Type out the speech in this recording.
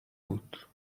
بود